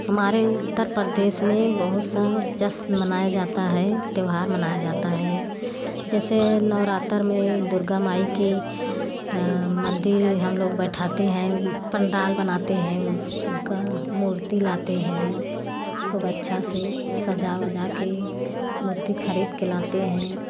हमारे उत्तरप्रदेश में बहुस सा जश्न मनाया जाता है त्योहार मनाया जाता है जैसे नवरात्री में दुर्गा माँ की मंदिर हम लोग बैठाते हैं पंडाल बनाते है उसका मूर्ति लाते हैं खूब अच्छा से सजा वजा के मूर्ति खरीद के लाते हैं